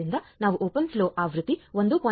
ಆದ್ದರಿಂದ ನಾವು open flow ಆವೃತ್ತಿ 1